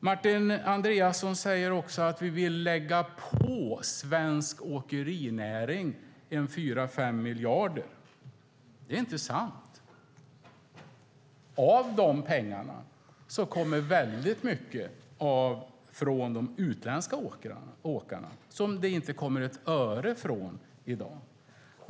Martin Andreasson säger också att vi vill lägga på svensk åkerinäring 4-5 miljarder i ökade skatter. Det är inte sant. Av dessa pengar kommer mycket från de utländska åkarna som det inte kommer ett öre från i dag.